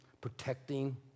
protecting